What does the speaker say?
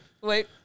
Wait